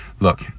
Look